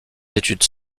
études